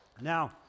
Now